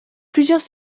plusieurs